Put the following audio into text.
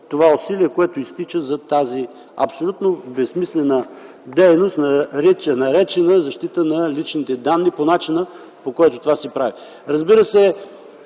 това усилие, което изтича за тази абсолютно безсмислена дейност, наречена защита на личните данни по начина, по който това се прави. Разбира се,